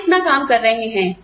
हम इतना काम कर रहे हैं